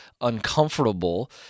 uncomfortable